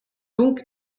donc